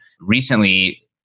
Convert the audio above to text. Recently